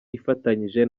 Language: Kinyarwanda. ifatanyije